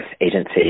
agency